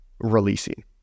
releasing